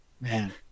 Man